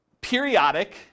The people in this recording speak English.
periodic